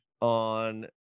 on